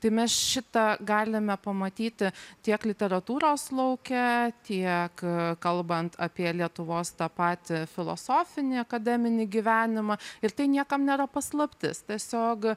tai mes šitą galime pamatyti tiek literatūros lauke tiek kalbant apie lietuvos tą patį filosofinį akademinį gyvenimą ir tai niekam nėra paslaptis tiesiog